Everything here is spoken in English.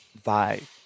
vibe